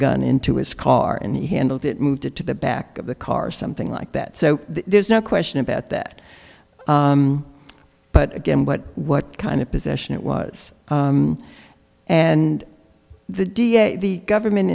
gun into his car and he handled it moved it to the back of the car or something like that so there's no question about that but again what what kind of position it was and the d a the government